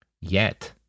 Yet